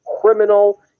criminal